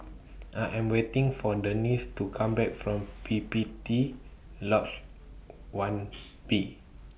I Am waiting For Denice to Come Back from P P T Lodge one B